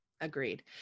agreed